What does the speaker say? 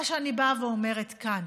מה שאני באה ואומרת כאן,